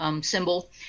symbol